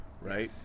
right